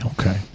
Okay